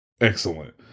excellent